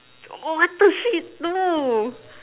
oh what the shit no